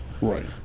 Right